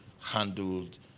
handled